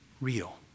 real